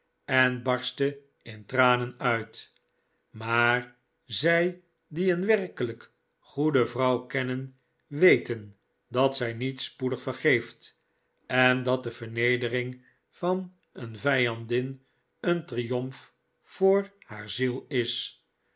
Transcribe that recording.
en barstte in tranen uit maar zij die een werkelijk goede vrouw kennen weten dat zij met spoedig vergeeft en dat de vernedering van een vijandin een triomf voor haar ziel is